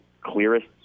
clearest